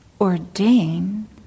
ordain